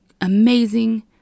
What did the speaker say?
amazing